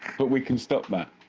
but we can stop that.